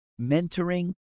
mentoring